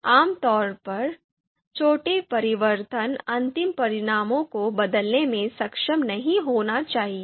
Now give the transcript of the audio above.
आमतौर पर छोटे परिवर्तन अंतिम परिणामों को बदलने में सक्षम नहीं होना चाहिए